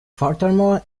furthermore